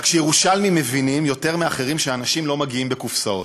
רק שהירושלמים מבינים יותר מאחרים שאנשים לא מגיעים בקופסאות.